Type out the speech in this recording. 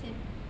same